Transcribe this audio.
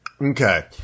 Okay